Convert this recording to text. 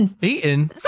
Eaten